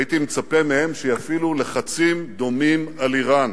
הייתי מצפה מהם שיפעילו לחצים דומים על אירן.